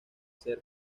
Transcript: ser